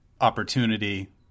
opportunity